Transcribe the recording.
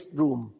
room